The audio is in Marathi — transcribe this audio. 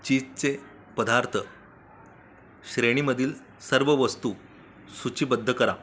चीजचे पदार्थ श्रेणीमधील सर्व वस्तू सूचीबद्ध करा